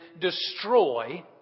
destroy